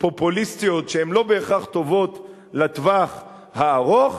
פופוליסטיות שהן לא בהכרח טובות לטווח הארוך,